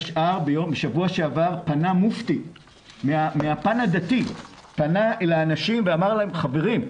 בשבוע שעבר פנה מופתי אל האנשים ואמר להם: חברים,